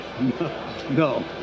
No